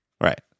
Right